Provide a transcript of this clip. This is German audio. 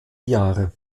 jahre